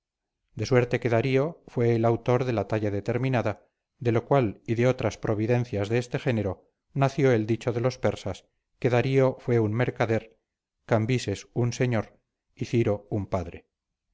de suerte que darío fue el autor de la talla determinada de lo cual y de otras providencias de este género nació el dicho de los persas que darío fue un mercader cambises un señor y ciro un padre